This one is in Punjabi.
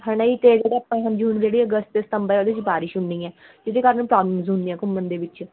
ਹੈ ਨਾ ਜੀ ਅਤੇ ਜਿਹੜੇ ਆਪਾਂ ਹੁਣ ਜੂਨ ਜਿਹੜੀ ਅਗਸਤ ਸਤੰਬਰ ਉਹਦੇ 'ਚ ਬਾਰਿਸ਼ ਹੁੰਦੀ ਹੈ ਜਿਹਦੇ ਕਾਰਨ ਪ੍ਰੋਬਲਮਸ ਹੁੰਦੀਆਂ ਘੁੰਮਣ ਦੇ ਵਿੱਚ